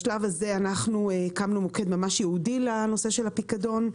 בשלב הזה הקמנו מוקד ממש ייעודי לנושא הפיקדון.